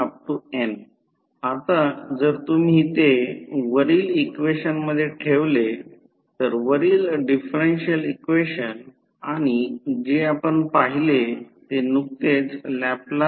98 Ω आणि X एकूण Xe X L असेल फक्त व्यतिरिक्त पाहू ते 6 Ω असेल